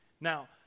Now